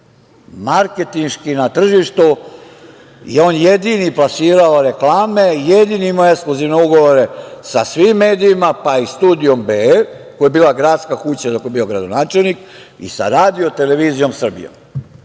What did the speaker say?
marketinški, na tržištu je on jedini plasirao reklame, jedini imao ekskluzivne ugovore sa svim medijima pa i Studiom B, koji je bila gradska kuća na kojoj je on bio gradonačelnik i sa RTS.Dakle, tamo su bile